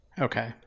okay